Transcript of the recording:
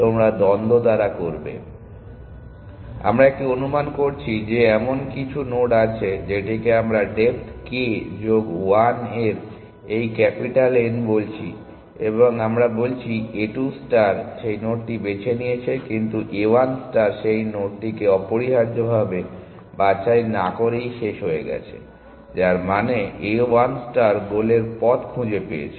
সুতরাং আমরা একটি অনুমান করছি যে এমন কিছু নোড আছে যেটিকে আমরা ডেপ্থ k যোগ 1 এর এই ক্যাপিটাল N বলছি এবং আমরা বলছি a2 ষ্টার সেই নোডটি বেছে নিয়েছে কিন্তু a1 ষ্টার সেই নোডটিকে অপরিহার্যভাবে বাছাই না করেই শেষ হয়ে গেছে যার মানে a1 ষ্টার গোলের পথ খুঁজে পেয়েছে